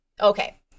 okay